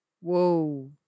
whoa